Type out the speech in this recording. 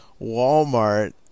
Walmart